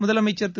முதலமைச்சர் திரு